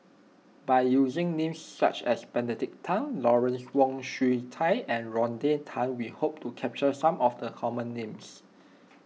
by using names such as Benedict Tan Lawrence Wong Shyun Tsai and Rodney Tan we hope to capture some of the common names